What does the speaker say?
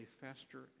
faster